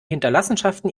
hinterlassenschaften